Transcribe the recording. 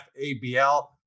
FABL